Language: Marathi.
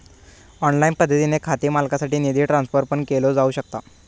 ऑनलाइन पद्धतीने खाते मालकासाठी निधी ट्रान्सफर पण केलो जाऊ शकता